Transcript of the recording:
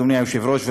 אדוני היושב-ראש.